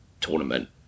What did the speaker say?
tournament